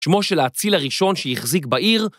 שמו של האציל הראשון שהחזיק בעיר.